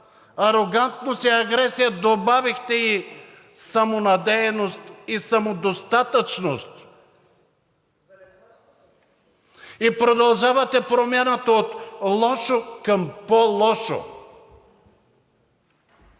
арогантност и агресия добавихте и самонадеяност и самодостатъчност. И продължавате промяната от лошо към по-лошо.